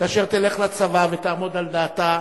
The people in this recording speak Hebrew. כאשר תלך לצבא ותעמוד על דעתה,